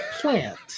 plant